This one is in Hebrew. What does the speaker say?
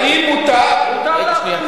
האם מותר, מותר להחרים ערבים לפי החוק הזה.